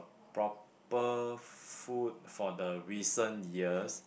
proper food for the recent years